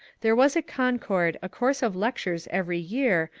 there was at concord a course of lectures every year,